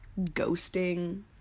ghosting